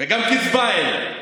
וגם קצבה אין.